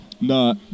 No